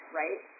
right